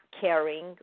caring